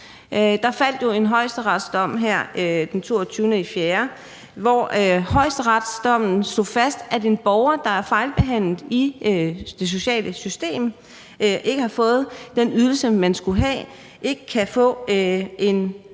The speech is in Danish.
Der faldt jo en højesteretsdom her den 22. april, og højesteretsdommen slog fast, at en borger, der er fejlbehandlet i det sociale system og ikke har fået den ydelse, borgeren skulle have, ikke kan få en